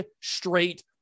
straight